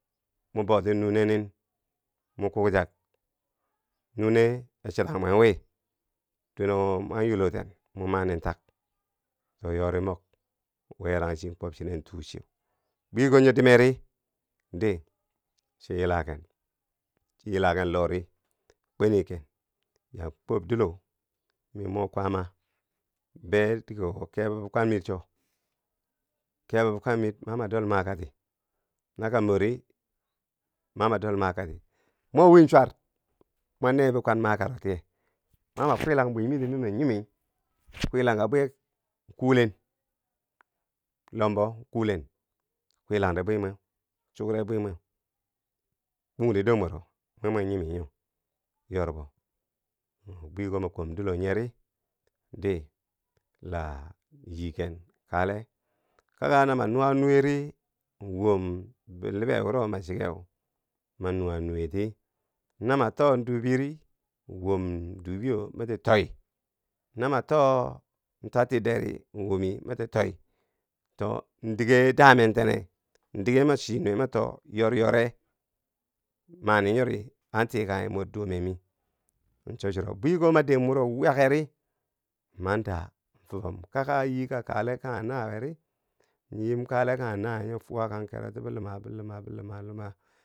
Mo bouti nune nin mo kukchak nune a chutang mwen wii dweneko wo mwan yiloten mo manin tak, chwo yori mok werang chi, kwoob chinen tuu chiu, bweko nyo dimeri di chi yilaken, chi yilanken lohri di kweni ken yaa kwoob dilo mi mo kwaama be dige wo kebo bikwanmiir cho. kebo bikwanmiir ma ma dol makati nakan mori ma ma dol makati, mo win chwar mwa neye bikwan makaro tiye ma ma kwilang bwimi ti mi man nyimi, kwilanhka bwiyek kuulen, lombo kulen kwilang de bwi mweu chukre bwimeu, kungde dor mwero mwi mo nyimi nyo yorbo, hm bwiko ma kwoom dilo nyeri, di laa yiken kaleh, kaka. na ma nuwa nuweri in wom bilibe wuro ma chike ma nua nuweti, na man too dubiri in wom dubiyo mati toi, na ma too twati deri in womi mati toi, to ndige da men tene, ndige nachi nuwe ma too yoryore, mani nyori an tikanye mor dume mi cho churo, bwiko ma dim wyakeri, man daa fabum kaka yiika kaleh kanghe nawiyeri, nyo yim kaleh. kanghe nawiye nyo fwakan keroti biluma biluma biluma luma.